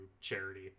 charity